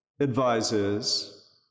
advises